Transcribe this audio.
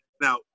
Now